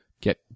get